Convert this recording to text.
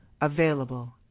available